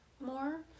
more